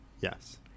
yes